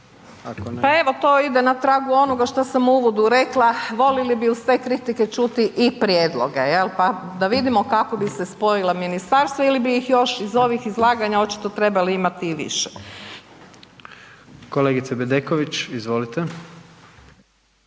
Pa evo to ide na tragu onoga što sam u uvodu rekla, voljeli bi uz te kritike čuti i prijedloge, je li, pa da vidimo kako bi se spojila ministarstva ili bi ih još, iz ovih izlaganja očito trebali imati i više. **Jandroković, Gordan